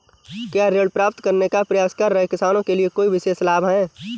क्या ऋण प्राप्त करने का प्रयास कर रहे किसानों के लिए कोई विशेष लाभ हैं?